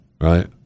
right